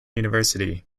university